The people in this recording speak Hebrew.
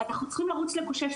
אנחנו צריכים לרוץ לקושש,